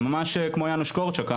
הם ממש כמו יאנוש קורצ'אק,